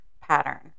pattern